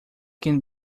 can